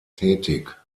tätig